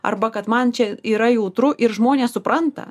arba kad man čia yra jautru ir žmonės supranta